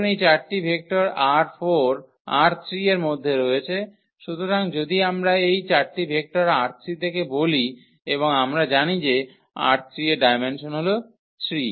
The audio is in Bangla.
ধরুন এই 4 টি ভেক্টর ℝ3 এর মধ্যে রয়েছে সুতরাং যদি আমরা এই 4 টি ভেক্টর ℝ3 থেকে বলি এবং আমরা জানি যে ℝ3 এর ডায়মেনসন হল 3